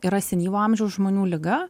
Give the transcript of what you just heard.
yra senyvo amžiaus žmonių liga